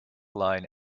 line